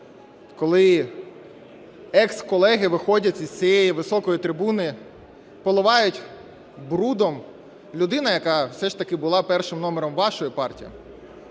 Коли ексколеги виходять із цієї високої трибуни, поливають брудом людину, яка все ж таки була першим номером вашої партії.